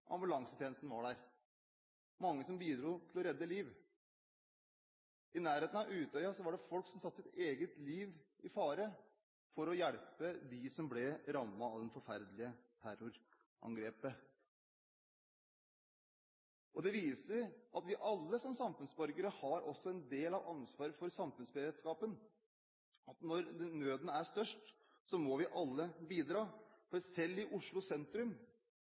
ambulansetjenesten var der, mange som bidro til å redde liv. I nærheten av Utøya var det folk som satte sitt eget liv i fare for å hjelpe dem som ble rammet av det forferdelige terrorangrepet. Det viser at vi alle som samfunnsborgere også har en del av ansvaret for samfunnsberedskapen. Når nøden er størst, må vi alle bidra. Selv i Oslo sentrum